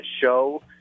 show